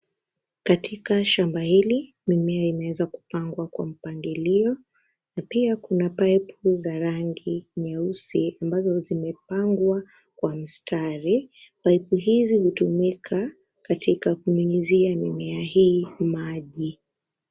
Katika shamba hili mimea imeweza kupangwa kwa mpangilio na pia kuna paipu za rangi nyeusi ambazo zimepangwa kwa mstari. Paipu hizi hutumika katika kunyunyizia mimea hii maji.